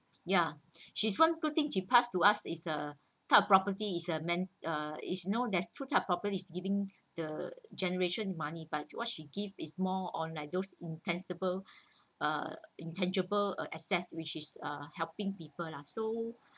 ya she's one good thing she passed to us is the type of property it's a man uh is know there's two types of property is giving the generation money but what she give is more on like those intangible uh intangible uh assets which is uh helping people lah so